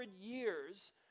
years